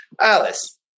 Alice